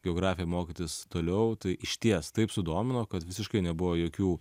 geografiją mokytis toliau tai išties taip sudomino kad visiškai nebuvo jokių